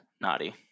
Naughty